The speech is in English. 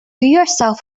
yourself